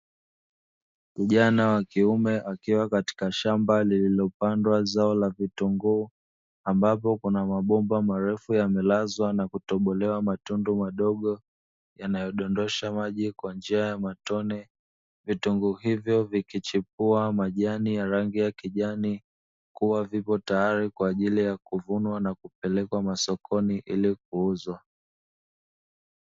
Kijana wa kiume akiwa katika shamba lililopandwa zao la vitunguu, ambapo kuna mabomba marefu yamelazwa na kutobolewa matundu madogo yanayodondosha maji kwa njia ya matone. Vitunguu hivyo vikichipua majani ya rangi ya kijani kuwa viko tayari kwa ajili ya kuvunwa na kupelekwa masokoni ili kuuzwa.